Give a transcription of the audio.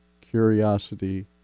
curiosity